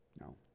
No